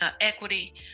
equity